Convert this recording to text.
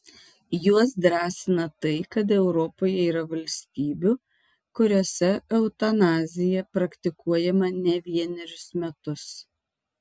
juos drąsina tai kad europoje yra valstybių kuriose eutanazija praktikuojama ne vienerius metus